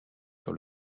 sur